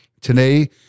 Today